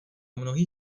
mnohý